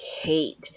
hate